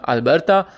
Alberta